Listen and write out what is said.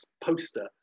poster